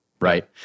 right